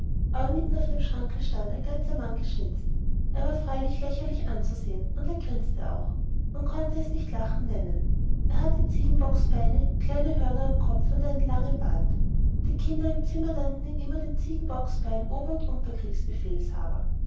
aber mitten auf dem schranke stand ein ganzer mann geschnitzt er war freilich lächerlich anzusehen und er grinste auch man konnte es nicht lachen nennen er hatte ziegenbocksbeine kleine hörner am kopfe und einen langen bart die kinder im zimmer nannten ihn immer den ziegenbocksbein ober und